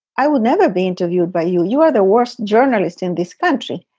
i would never be interviewed by you. you are the worst journalist in this country.